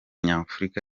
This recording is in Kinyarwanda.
nyafurika